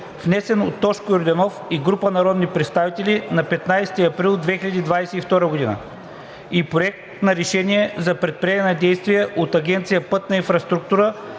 внесен от Тошко Йорданов и група народни представители на 15 април 2022 г., и Проект на решение за предприемане на действия от Агенция „Пътна инфраструктура“